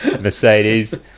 Mercedes